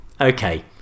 Okay